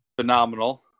phenomenal